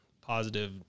positive